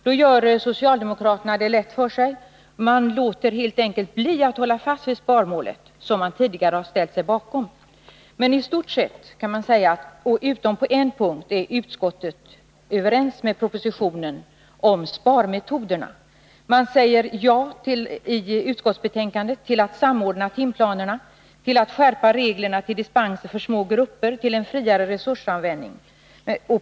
Då gör socialdemokraterna det lätt för sig genom att helt enkelt låta bli att hålla fast vid sparmålet som de tidigare har ställt sig bakom. Menistort sett, utom på en punkt, är utskottet överens med regeringen om sparmetoderna som föreslås i propositionen. Man säger i utskottsbetänkandet ja till att samordna timplanerna, till att skärpa reglerna vad avser dispenser för små grupper och till att genomföra en friare resursanvändning.